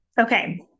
okay